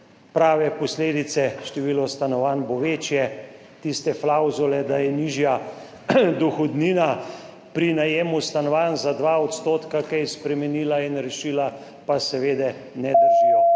prave posledice, število stanovanj bo večje. Tiste klavzule, da je nižja dohodnina pri najemu stanovanj za 2 % kaj spremenila in rešila, pa seveda ne držijo.